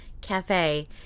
cafe